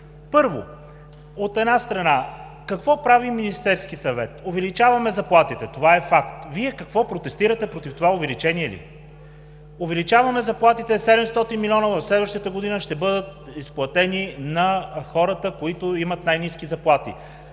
Първо, от една страна, какво прави Министерският съвет – увеличаваме заплатите. Това е факт! Вие какво – протестирате против това увеличение ли? Увеличаваме заплатите – 700 милиона следващата година ще бъдат изплатени на хората, които имат най ниски заплати,